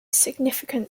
significant